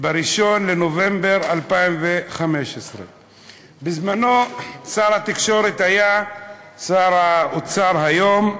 ב-1 בנובמבר 2015. בזמנו שר התקשורת היה שר האוצר היום,